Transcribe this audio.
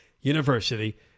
university